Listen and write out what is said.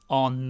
on